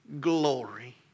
glory